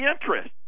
interest